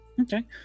okay